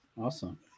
Awesome